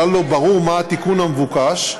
כלל לא ברור מהו התיקון המבוקש,